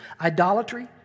idolatry